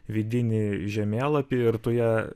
vidinį žemėlapį ir tu ją